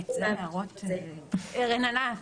--- רננה,